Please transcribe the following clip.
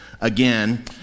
again